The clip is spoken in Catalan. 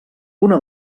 una